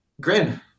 Grin